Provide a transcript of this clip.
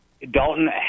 Dalton